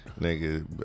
Nigga